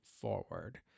forward